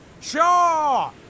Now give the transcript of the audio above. Sure